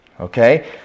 Okay